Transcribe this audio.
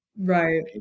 right